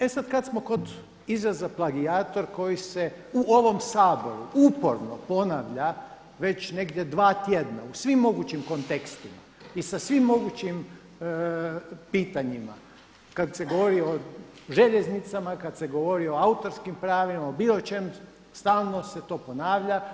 E sad, kad smo kod izraza plagijator koji se u ovom Saboru uporno ponavlja već negdje dva tjedna u svim mogućim kontekstima i sa svim mogućim pitanjima kad se govori o željeznicama, kad se govori o autorskim pravima, o bilo čemu stalno se to ponavlja.